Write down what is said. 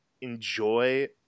enjoy